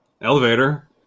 Elevator